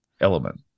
element